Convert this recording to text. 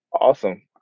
awesome